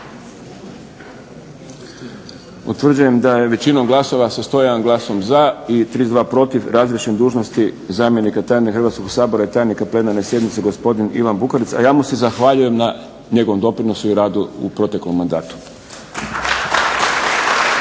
Utvrđujem da je većinom glasova sa 101 glasom za i 32 protiv razriješen dužnosti zamjenika tajnika Hrvatskog sabora i tajnika plenarne sjednice gospodin Ivan Bukarica. A ja mu se zahvaljujem na njegovom doprinosu i radu u proteklom mandatu.